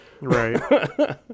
right